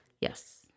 Yes